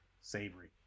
Savory